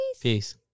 Peace